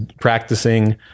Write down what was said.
practicing